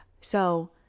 So-